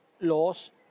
laws